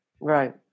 Right